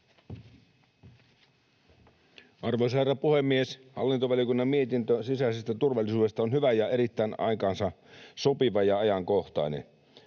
Arvoisa herra puhemies! Hallintovaliokunnan mietintö sisäisestä turvallisuudesta on hyvä ja erittäin aikaansa sopiva ja ajankohtainen.